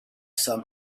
some